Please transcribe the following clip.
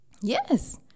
yes